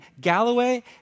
Galloway